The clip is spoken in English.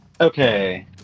Okay